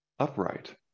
Upright